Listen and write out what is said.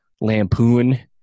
lampoon